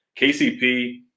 KCP